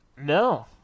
No